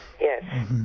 yes